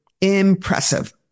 Impressive